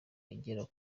igera